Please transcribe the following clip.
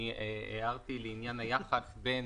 אני הערתי לעניין היחס בין